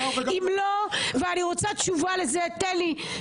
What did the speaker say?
אני רוצה תשובה לזה, תן לי.